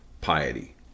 piety